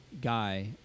guy